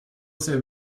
sehr